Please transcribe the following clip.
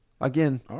Again